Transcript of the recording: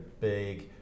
big